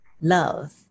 love